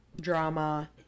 drama